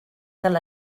cal